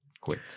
quit